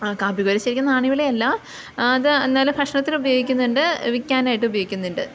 കാപ്പിക്കുരു ശരിക്കും നാണ്യവിള അല്ല അത് എന്നാലും ഭക്ഷണത്തിന് ഉപയോഗിക്കുന്നുണ്ട് വിൽക്കാനായിട്ട് ഉപയോഗിക്കുന്നുണ്ട്